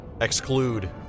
exclude